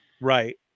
Right